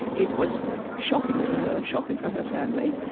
it was shocking for her, shocking for her family,